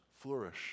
flourish